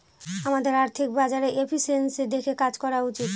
আমাদের আর্থিক বাজারে এফিসিয়েন্সি দেখে কাজ করা উচিত